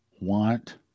want